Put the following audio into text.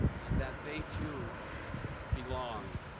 and that they too be long.